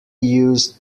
used